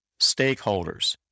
stakeholders